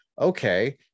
okay